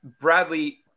Bradley